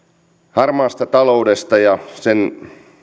harmaasta taloudesta ja sen